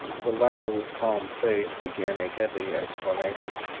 the latter with calm faith began a heavy explanation,